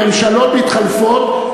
מממשלות מתחלפות,